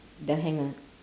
the hanger